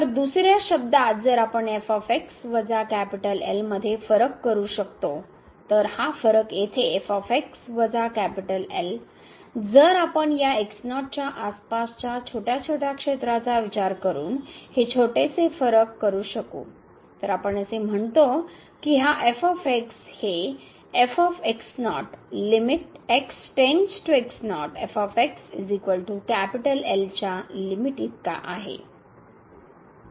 तर दुसऱ्या शब्दांत जर आपण मध्ये फरक करू शकतो तर हा फरक येथे जर आपण या x0 च्या आसपासच्या छोट्या छोट्या क्षेत्राचा विचार करून हे छोटेसे फरक करू शकू तर आपण असे म्हणतो की हा हे च्या लिमिट इतका आहे